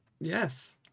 Yes